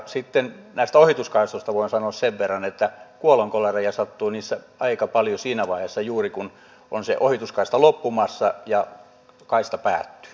sitten näistä ohituskaistoista voin sanoa sen verran että kuolonkolareja sattuu niissä aika paljon siinä vaiheessa juuri kun on se ohituskaista loppumassa ja kaista päättyy